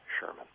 Sherman